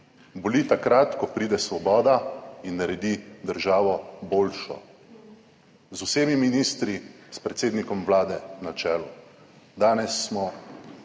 Boli takrat, ko pride Svoboda in naredi državo boljšo. Z vsemi ministri, s predsednikom Vlade na čelu. Danes smo